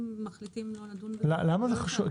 אם מחליטים לא לדון בזה אז --- לא הבנתי למה זה חשוב,